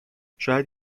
شاید